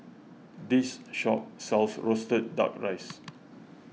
this shop sells Roasted Duck Rice